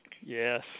Yes